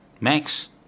max